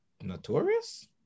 notorious